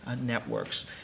networks